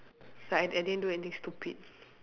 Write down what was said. it's like I I didn't do anything stupid